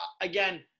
again